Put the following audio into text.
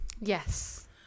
Yes